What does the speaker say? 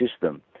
system